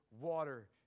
water